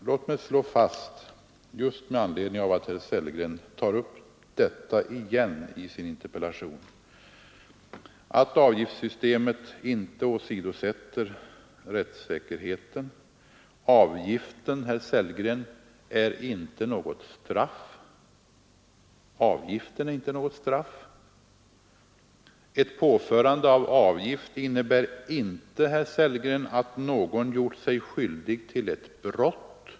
Låt mig slå fast — just med anledning av att herr Sellgren tar upp detta igen i sin interpellation — att avgiftssystemet inte åsidosätter rättssäkerheten. Avgiften, herr Sellgren, är inte något straff. Ett påförande av avgift innebär inte att någon gjort sig skyldig till ett brott.